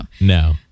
No